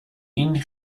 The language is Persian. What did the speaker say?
این